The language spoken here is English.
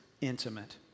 intimate